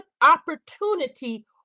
opportunity